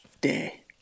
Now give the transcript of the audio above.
day